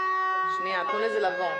אם זה באמצעות מיהול,